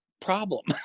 problem